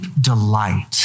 delight